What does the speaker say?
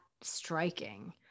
striking